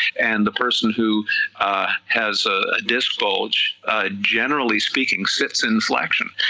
and the person who has a disc bulge generally speaking sits in flexion,